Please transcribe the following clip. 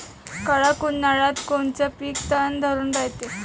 कडक उन्हाळ्यात कोनचं पिकं तग धरून रायते?